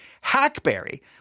Hackberry